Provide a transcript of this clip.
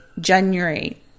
January